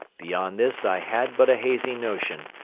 beyond this i had but a hazy notion,